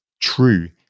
True